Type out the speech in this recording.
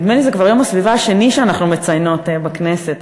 נדמה לי שזה כבר יום הסביבה השני שאנחנו מציינות בכנסת,